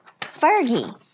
Fergie